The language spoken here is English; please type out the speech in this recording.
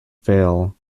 fail